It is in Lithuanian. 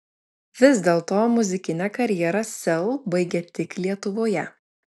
vis dėlto muzikinę karjerą sel baigia tik lietuvoje